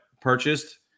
purchased